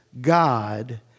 God